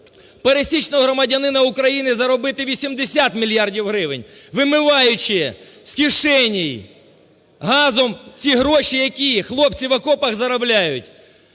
пересічного громадянина України заробити 80 мільярдів гривень, вимиваючи з кишень газом ці гроші, які хлопці в окопах заробляють.